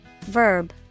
Verb